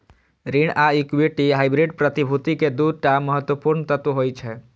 ऋण आ equity hybrid प्रतिभूति के दू टा महत्वपूर्ण तत्व होइ छै